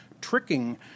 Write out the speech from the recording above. tricking